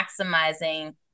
maximizing